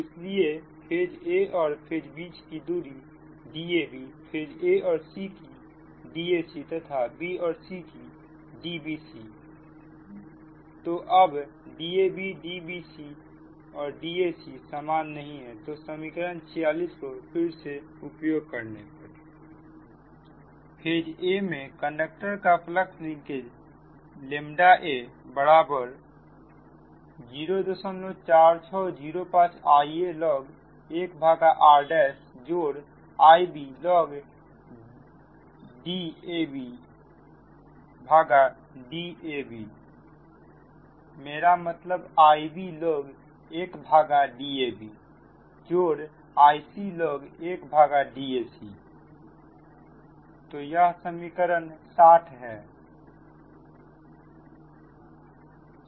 इसलिए phase a और phase b के बीच की दूरी Dabफेज a और c की Dac तथा b और c की Dbc तो अब DabDacDbc सामान नहीं है तो समीकरण 46 को फिर से उपयोग करने पर फेज a कंडक्टर के लिए फ्लक्स लिंकेज बराबर 04605 I a log 1 r I b log 1Dablog 1 Dacहै